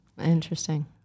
Interesting